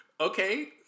Okay